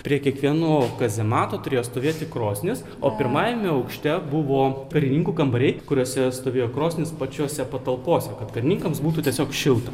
prie kiekvieno kazemato turėjo stovėti krosnis o pirmajame aukšte buvo karininkų kambariai kuriuose stovėjo krosnis pačiose patalpose kad karininkams būtų tiesiog šilta